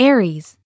Aries